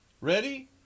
Ready